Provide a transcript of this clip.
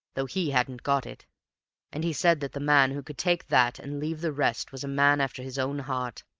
though he hadn't got it and he said that the man who could take that and leave the rest was a man after his own heart.